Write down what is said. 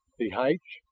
the heights.